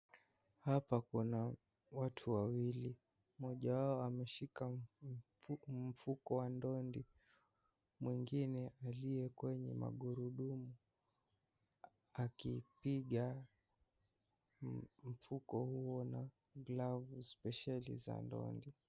Hapa kuna watu wawili mmoja wao ameshika mfuko wa ndondi mwingine aliyekwenye magurudumu akipiga mfuko huo na glavu spesheli za ndondi.